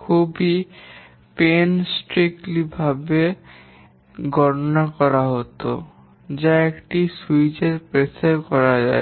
খুব পরিশ্রমীভাবে ভাবে গণনা করা হত যা এখন একটি সুইচের প্রেসে করা যায়